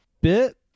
bit